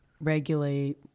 regulate